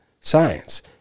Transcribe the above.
Science